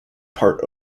part